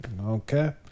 Okay